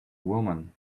woman